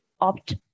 opt